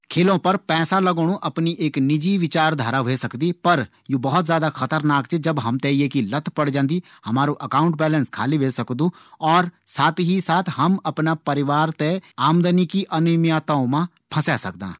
खेलों पर पैसा लगोणु अपनी एक निजी विचारधारा ह्वे सकदी। पर यू बहुत ज्यादा खतरनाक च ज़ब हम थें ईकी लत लग जांदी। हमारु अकॉउंट बैलेंस खाली ह्वे सकदु। और साथ ही हम अपना परिवार थें आमदनी की अनियमितताओं मा फंसे सकदिन।